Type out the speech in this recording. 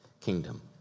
kingdom